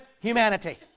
humanity